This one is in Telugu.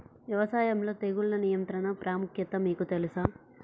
వ్యవసాయంలో తెగుళ్ల నియంత్రణ ప్రాముఖ్యత మీకు తెలుసా?